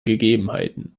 gegebenheiten